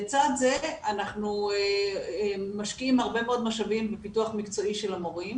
לצד זה אנחנו משקיעים הרבה מאוד משאבים בפיתוח מקצועי של המורים,